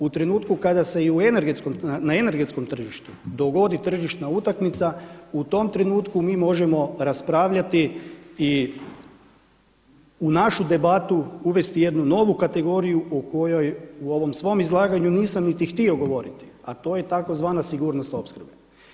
U trenutku kada se i na energetskom tržištu dogodi tržišna utakmica u tom trenutku mi možemo raspravljati i u našu debatu uvesti jednu novu kategoriju u kojoj u ovom svom izlaganju nisam niti htio govoriti, a to je tzv. sigurnosna opskrba.